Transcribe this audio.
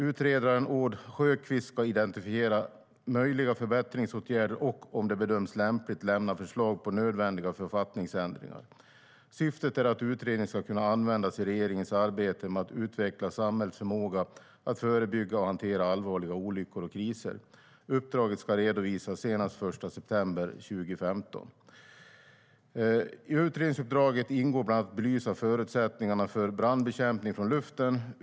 Utredaren Aud Sjökvist ska identifiera möjliga förbättringsåtgärder och, om det bedöms lämpligt, lämna förslag på nödvändiga författningsändringar. Syftet är att utredningen ska kunna användas i regeringens arbete med att utveckla samhällets förmåga att förebygga och hantera allvarliga olyckor och kriser. Uppdraget ska redovisas senast den 1 september 2015. I utredningsuppdraget ingår bland annat att belysa förutsättningarna för brandbekämpning från luften.